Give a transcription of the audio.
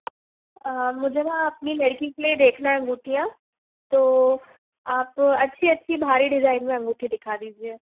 मुझे ना अपनी लड़की के लिए देखना अंगूठियाँ तो आप अच्छी अच्छी भारी डिज़ाइन में अंगूठी दिखा दीजिए